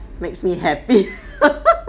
makes me happy